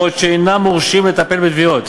בעוד אינם מורשים לטפל בתביעות,